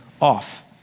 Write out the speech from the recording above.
off